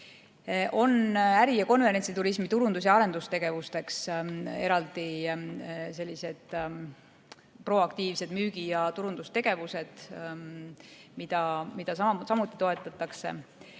Äri‑ ja konverentsiturismi turundus‑ ja arendustegevusteks on eraldi proaktiivsed müügi‑ ja turundustegevused, mida samuti toetatakse,